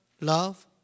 love